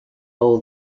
all